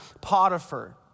Potiphar